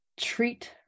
treat